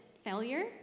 failure